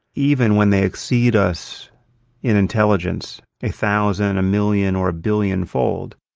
even when they exceed us in intelligence, a thousand, a million or a billion-fold,